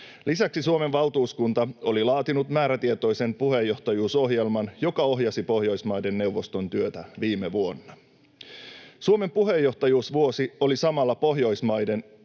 Lisäksi Suomen valtuuskunta oli laatinut määrätietoisen puheenjohtajuusohjelman, joka ohjasi Pohjoismaiden neuvoston työtä viime vuonna. Suomen puheenjohtajuusvuosi oli samalla pohjoismaisen